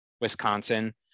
wisconsin